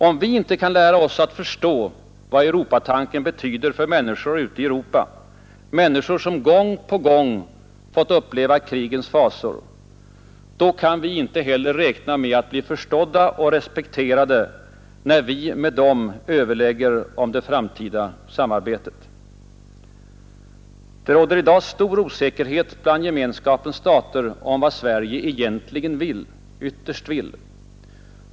Om vi inte kan lära oss förstå vad Europatanken betyder för människor ute i Europa, människor som gång på gång fått uppleva krigens fasor, då kan vi inte heller räkna med att bli förstådda och respekterade när vi med dem överlägger om det framtida samarbetet. Det råder i dag stor osäkerhet bland Gemenskapens stater om vad Sverige egentligen ytterst vill.